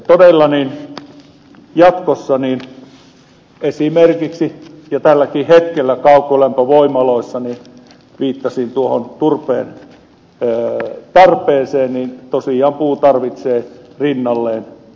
jatkossa ja tälläkin hetkellä esimerkiksi kaukolämpövoimaloissa viittasin tuohon turpeen tarpeeseen tosiaan puu tarvitsee rinnalleen turvetta